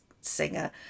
singer